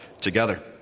together